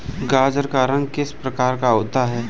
गाजर का रंग किस प्रकार का होता है?